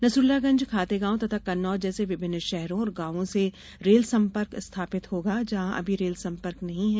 नसरुल्लागंज खातेगांव तथा कन्नौद जैसे विभिन्न शहरो और गांवों से रेल संपर्क स्थापित होगा जहां अभी रेल संपर्क नहीं है